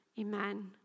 Amen